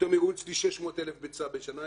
פתאום יראו אצלי 600,000 ביצים בשנה,